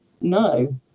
no